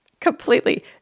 Completely